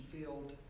field